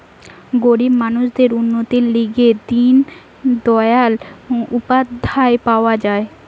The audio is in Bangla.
গরিব মানুষদের উন্নতির লিগে দিন দয়াল উপাধ্যায় পাওয়া যায়